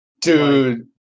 Dude